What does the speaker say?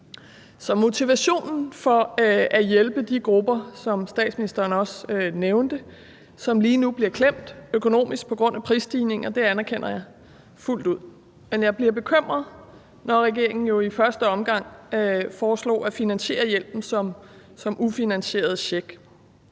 motivationen for at hjælpe de grupper, som statsministeren også nævnte, som lige nu bliver klemt økonomisk på grund af prisstigninger, anerkender jeg fuldt ud. Men jeg bliver jo bekymret, når regeringen i første omgang foreslog at finansiere hjælpen som en ufinansieret check.